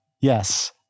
Yes